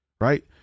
right